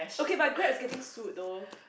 okay but Grab is getting sued tho